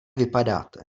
vypadáte